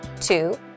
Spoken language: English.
Two